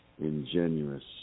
Ingenuous